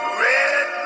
red